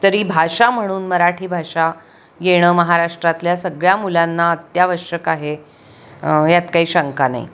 तरी भाषा म्हणून मराठी भाषा येणं महाराष्ट्रातल्या सगळ्या मुलांना अत्यावश्यक आहे यात काही शंका नाही